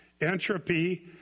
entropy